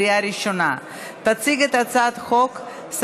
עברה בקריאה ראשונה ועוברת לוועדת הפנים